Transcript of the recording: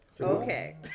Okay